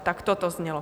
Takto to znělo.